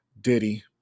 Diddy